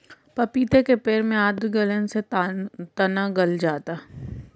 पपीते के पेड़ में आद्र गलन से तना गल जाता है